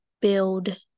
build